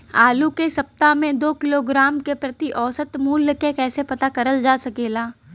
आलू के सप्ताह में दो किलोग्राम क प्रति औसत मूल्य क कैसे पता करल जा सकेला?